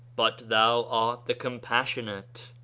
but thou art the compassionate.